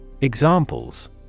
Examples